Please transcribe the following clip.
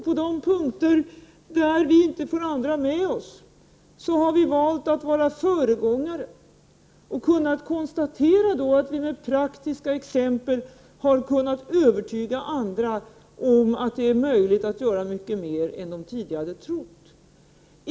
På de punkter där vi inte fått andra med oss har vi valt att vara föregångare. Vi har då kunnat konstatera att vi med praktiska exempel har kunna övertyga andra om att det är möjligt att göra mycket mer än de tidigare trodde.